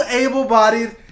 able-bodied